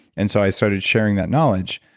and so i started sharing that knowledge.